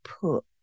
put